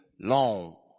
Long